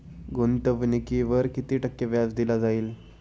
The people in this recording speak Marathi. गुंतवणुकीवर किती टक्के व्याज दिले जाईल?